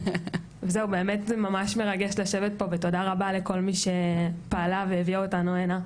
זהו באמת זה ממש מרגש לשבת פה ותודה רבה לכל מי שפעלה והביאה אותנו הנה,